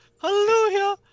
Hallelujah